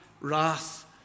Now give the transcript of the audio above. wrath